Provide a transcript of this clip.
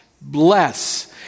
bless